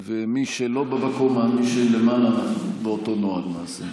מי שלא במקום, מי שלמעלה, באותו נוהל נעשה.